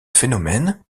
phénomène